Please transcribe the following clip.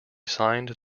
signed